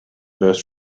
burst